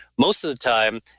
most of the time,